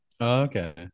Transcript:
okay